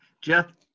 Jeff